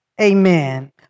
Amen